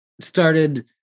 started